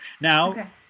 Now